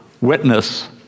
witness